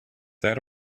that